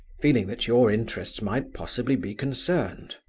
feeling that your interests might possibly be concerned.